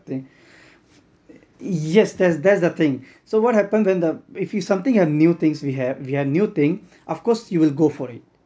thing yes that's that's the thing so what happens when the if you something have new things we have we have new thing of course you will go for it